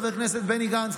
חבר הכנסת בני גנץ,